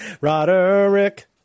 roderick